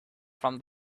from